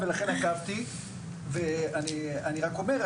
רק אומר,